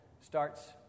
starts